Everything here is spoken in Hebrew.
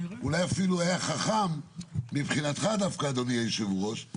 או אולי אפילו היה חכם מבחינתך דווקא אדוני היושב-ראש,